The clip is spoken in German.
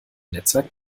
netzwerk